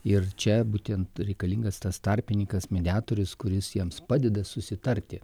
ir čia būtent reikalingas tas tarpininkas mediatorius kuris jiems padeda susitarti